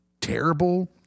terrible